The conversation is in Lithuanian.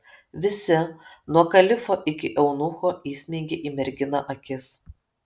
visi nuo kalifo iki eunucho įsmeigė į merginą akis